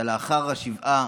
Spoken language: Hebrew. שלאחר השבעה